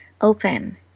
open